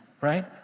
Right